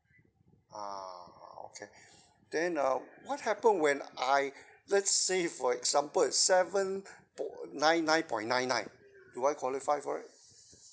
ah okay then uh what happen when I let's say for example seven po~ nine nine point nine nine do I qualify for it